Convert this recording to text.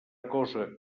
cosa